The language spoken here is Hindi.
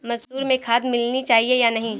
मसूर में खाद मिलनी चाहिए या नहीं?